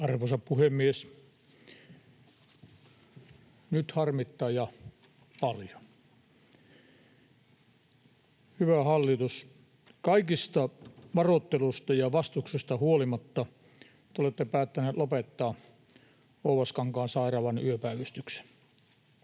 Arvoisa puhemies! Nyt harmittaa, ja paljon. Hyvä hallitus, kaikesta varoittelusta ja vastustuksesta huolimatta te olette päättäneet lopettaa Oulaskankaan sairaalan yöpäivystyksen.